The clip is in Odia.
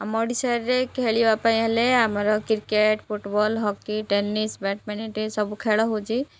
ଆମ ଓଡ଼ିଶାରେ ଖେଳିବା ପାଇଁ ହେଲେ ଆମର cricket football hockey tennis badminton ସବୁ ଖେଳ ହଉଛି